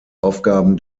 aufgaben